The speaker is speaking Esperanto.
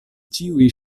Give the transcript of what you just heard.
ĉiuj